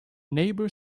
neighbour